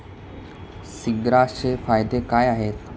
सीग्रासचे फायदे काय आहेत?